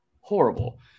Horrible